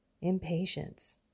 impatience